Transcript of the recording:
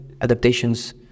adaptations